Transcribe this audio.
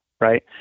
right